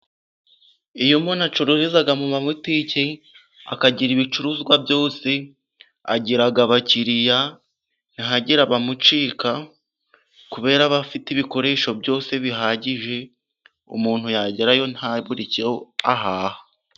Iyo umuntu acururiza, mu ma butiki, akagira ibicuruzwa byose, agira abakiriya ntihagire abamucika, kubera abafite ibikoresho byose bihagije, umuntu yagerayo ntabure, icyo ahaha.